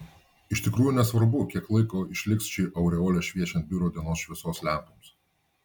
iš tikrųjų nesvarbu kiek laiko išliks ši aureolė šviečiant biuro dienos šviesos lempoms